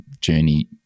journey